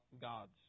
gods